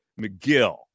McGill